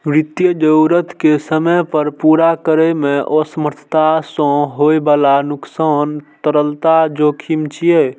वित्तीय जरूरत कें समय पर पूरा करै मे असमर्थता सं होइ बला नुकसान तरलता जोखिम छियै